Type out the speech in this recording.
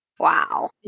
Wow